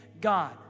God